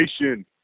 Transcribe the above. Nation